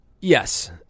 Yes